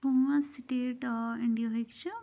پانٛژھ سِٹیٹ ٲں اِنڈیا ہٕکۍ چھِ